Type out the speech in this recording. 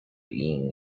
yin